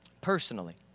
personally